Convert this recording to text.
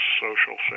social